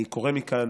אני קורא מכאן